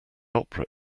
opera